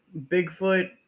Bigfoot